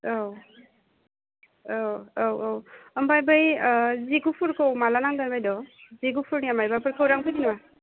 औ औ औ ओमफाय बै जि गुफुरखो माला नांगोन बायद' जि गुफुरनिया मबायबाफोर खौरां फैदो नामा